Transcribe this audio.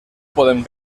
podem